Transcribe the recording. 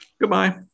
Goodbye